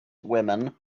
women